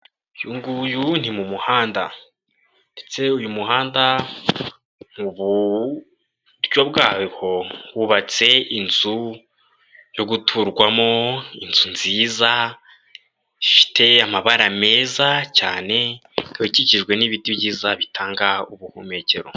Uyu nguyu ni mu muhanda, ndetse uyu muhanda iburyo bwaho hubatse inzu yo guturwamo inzu nziza ifite amabara meza cyane, ikikijwe n'ibiti byiza bitanga ubuhumekero.